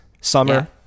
summer